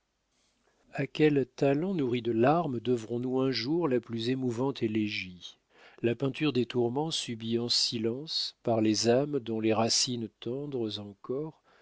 a quel talent nourri de larmes devrons-nous un jour la plus émouvante élégie la peinture des tourments subits en silence par les âmes dont les racines tendres encore